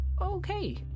Okay